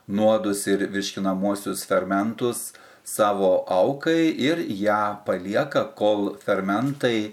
nuodus ir virškinamuosius fermentus savo aukai ir ją palieka kol fermentai